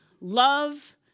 love